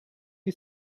you